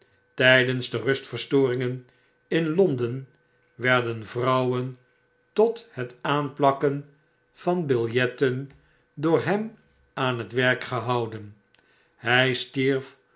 tijdens de rustverstoringen in londen werden vrouwen tot het aanplakken van biljetten door hem aan t werk gehouden hij stierf